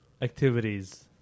Activities